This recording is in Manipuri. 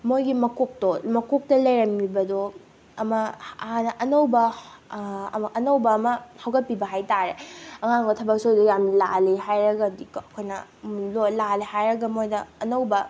ꯃꯣꯏꯒꯤ ꯃꯀꯣꯛꯇꯣ ꯃꯀꯣꯛꯇ ꯂꯩꯔꯝꯃꯤꯕꯗꯣ ꯑꯃ ꯍꯥꯟꯅ ꯑꯅꯧꯕ ꯑꯅꯧꯕ ꯑꯃ ꯍꯧꯒꯠꯄꯤꯕ ꯍꯥꯏ ꯇꯥꯔꯦ ꯑꯉꯥꯡꯗꯨꯗ ꯊꯕꯛ ꯁꯨꯍꯜꯂꯤꯗꯣ ꯌꯥꯝ ꯂꯥꯜꯂꯤ ꯍꯥꯏꯔꯒꯗꯤꯀꯣ ꯑꯩꯈꯣꯏꯅ ꯂꯥꯜꯂꯦ ꯍꯥꯏꯔꯒ ꯃꯣꯏꯗ ꯑꯅꯧꯕ